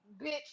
bitch